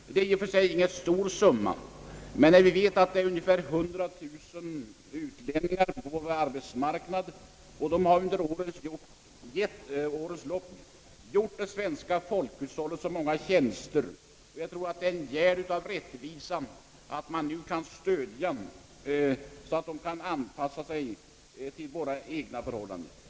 Detta är i och för sig ingen stor summa, men vi vet att det finns ungefär 100 000 utlänningar på vår arbetsmarknad, som under årens lopp har gjort det svenska folkhushållet många tjänster, och jag tror att det är en gärd av rättvisa att vi ger dem stöd och hjälper dem att anpassa sig till våra förhållanden.